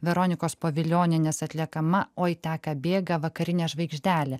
veronikos povilionienės atliekama oi teka bėga vakarinė žvaigždelė